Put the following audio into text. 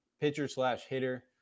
pitcher-slash-hitter